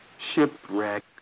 Shipwreck